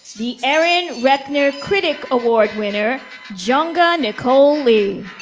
the aaron ratner critic award winner junga nicole lee.